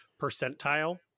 percentile